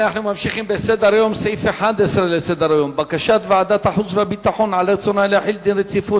אנחנו ממשיכים בסדר-היום: בקשת ועדת החוץ והביטחון להחיל דין רציפות